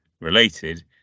related